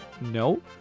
No